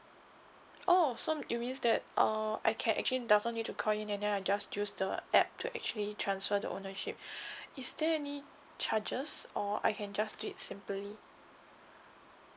oh so it means that uh I can actually doesn't need to call in and then I just use the app to actually transfer the ownership is there any charges or I can just do it simply